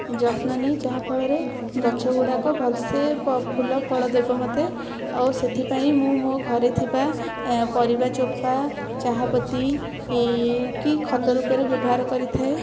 ଯତ୍ନ ନିଏ ଯାହାଫଳରେ ଗଛ ଗୁଡ଼ାକ ଭଲ ସେ ସେ ଫୁଲ ଫଳ ଦେବ ମୋତେ ଆଉ ସେଥିପାଇଁ ମୁଁ ମୋ ଘରେ ଥିବା ପରିବା ଚୋପା ଚାହାପତି କି ଖତ ରୂପରେ ବ୍ୟବହାର କରିଥାଏ